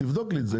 תבדוק לי את זה,